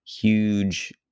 huge